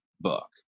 book